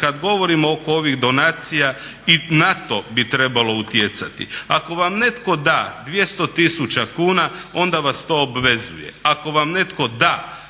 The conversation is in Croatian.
kada govorimo oko ovih donacija i na to bi trebalo utjecati. Ako vam netko da 200 tisuća kuna onda vas to obvezuje, ako vam netko da